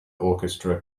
orchestra